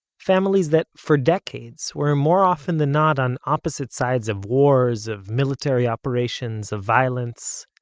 families that, for decades, were more often than not on opposite sides of wars, of military operations, of violence.